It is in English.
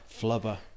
Flubber